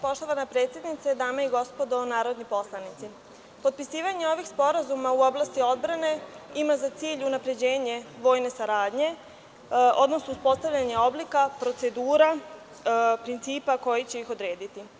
Poštovana predsednice, dame i gospodo narodni poslanici, potpisivanje ovih sporazuma u oblasti odbrane ima za cilj unapređenje vojne saradnje, odnosno uspostavljanje oblika, procedura, principa koji će ih odrediti.